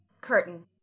Curtain